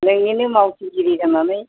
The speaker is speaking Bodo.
नोंनिनो मावथिगिरि जानानै